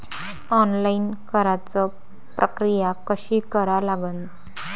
Online कराच प्रक्रिया कशी करा लागन?